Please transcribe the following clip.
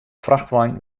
frachtwein